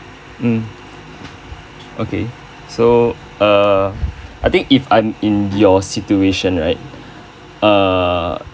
mm okay mm okay so err I think if I'm in your situation right err